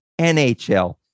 NHL